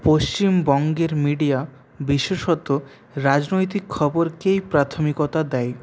পশ্চিমবঙ্গের মিডিয়া বিশেষত রাজনৈতিক খবরকেই প্রাথমিকতা দেয়